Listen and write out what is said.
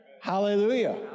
hallelujah